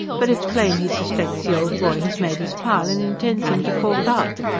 but it's plain he suspects the old boy has made his pile and intends him to fork out,